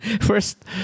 first